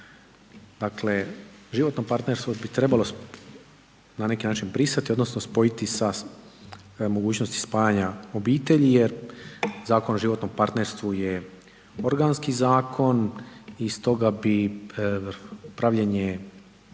dakle životno partnerstvo bi trebalo na neki način brisati odnosno spojiti sa mogućnosti spajanja obitelji jer Zakon o životnom partnerstvu je organski zakon i stoga bi pravljenje